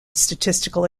statistical